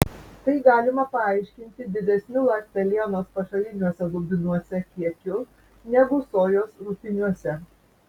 tai galima paaiškinti didesniu ląstelienos pašariniuose lubinuose kiekiu negu sojos rupiniuose